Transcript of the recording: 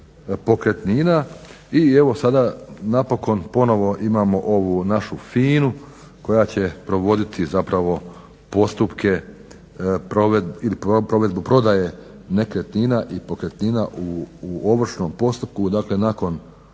pokretnina i evo sada napokon ponovo imamo ovu našu FINA-u koja će provoditi zapravo postupke provedbu prodaje nekretnina i pokretnina u ovršnom postupku, dakle nakon